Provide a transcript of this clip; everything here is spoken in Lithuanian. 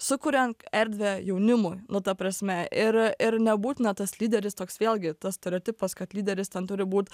sukuriant erdvę jaunimui nu ta prasme ir ir nebūtina tas lyderis toks vėlgi tas stereotipas kad lyderis ten turi būt